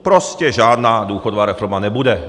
Prostě žádná důchodová reforma nebude.